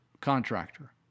contractor